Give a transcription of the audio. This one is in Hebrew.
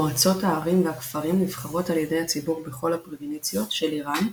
מועצות הערים והכפרים נבחרות על ידי הציבור בכל הפרובינציות של איראן,